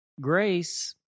Grace